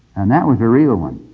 and that was a real one!